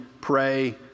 pray